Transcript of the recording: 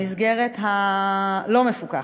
במסגרת הלא-מפוקחת.